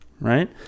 right